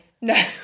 No